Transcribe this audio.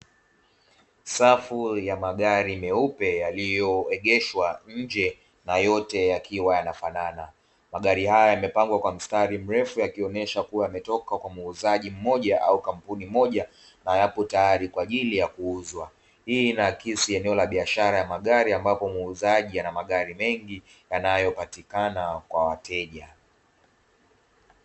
Safu ya magari meupe yaliyoegeshwa nje na yote yakiwa yanafana. Magari haya yamepangwa kwa mstari mrefu yakionyesha kuwa yametoka kwa muuzaji mmoja au kampuni moja na yapo tayari kwa ajili ya kuuzwa. Hii inaakisi eneo la biashara ya magari ambapo muuzaji ana magari mengi yanayopatikana kwa wateja.